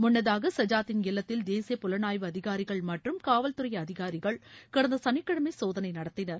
முன்னதாக சஜாத்தின் இல்லத்தில் தேசிய புலனாய்வு அதிகாரிகள் மற்றும் காவல்துறை அதிகாரிகள் கடந்த சனிக்கிழமை சோதனை நடத்தினர்